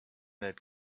had